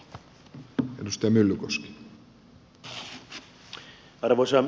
arvoisa herra puhemies